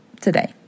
today